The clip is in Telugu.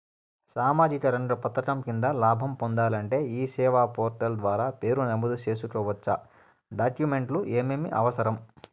సామాజిక రంగ పథకం కింద లాభం పొందాలంటే ఈ సేవా పోర్టల్ ద్వారా పేరు నమోదు సేసుకోవచ్చా? డాక్యుమెంట్లు ఏమేమి అవసరం?